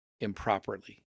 improperly